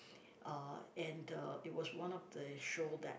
uh and uh it was one of the show that